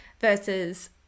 versus